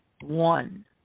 One